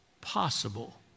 possible